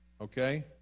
okay